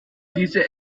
diese